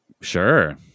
Sure